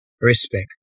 Respect